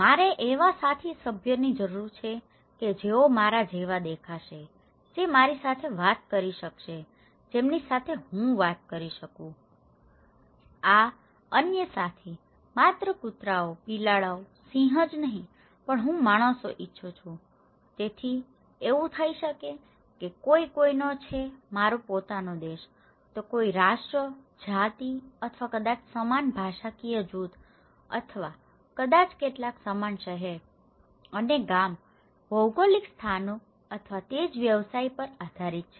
મારે એવા સાથી સભ્યોની જરૂર છે કે જેઓ મારા જેવા દેખાશે જે મારી સાથે વાત કરી શકે અને જેમની સાથે હું વાત કરી શકું આ અન્ય સાથી માત્ર કૂતરાઓ બિલાડીઓ સિંહો જ નહીં પણ હું માણસો ઈચ્છું છું તેથી એવું થઈ શકે કે કોઈ કોઈનો છે મારો પોતાનો દેશ તે કોઈના રાષ્ટ્રો જાતિ અથવા કદાચ સમાન ભાષાકીય જૂથ અથવા કદાચ કેટલાક સમાન શહેર અને ગામ ભૌગોલિક સ્થાનો અથવા તે જ વ્યવસાયો પર આધારીત છે